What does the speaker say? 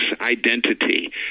identity